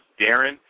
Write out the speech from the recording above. Darren